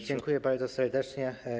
Dziękuję bardzo serdecznie.